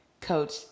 Coach